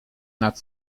nad